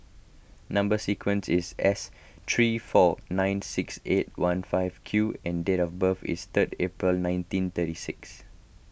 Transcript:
Number Sequence is S three four nine six eight one five Q and date of birth is third April nineteen thirty six